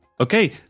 Okay